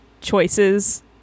choices